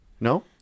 No